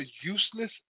useless